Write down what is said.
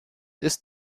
ist